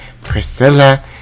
Priscilla